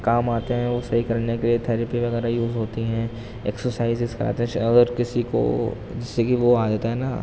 کام آتے ہیں وہ صحیح کرنے کے لیے تھیراپی وغیرہ یوز ہوتی ہیں ایکسرسائزز کراتے اگر کسی کو جس سے کہ وہ آ جاتا ہے نا